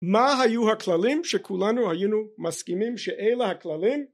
מה היו הכללים שכולנו היינו מסכימים שאלה הכללים